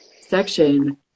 section